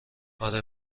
اره